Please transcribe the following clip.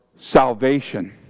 salvation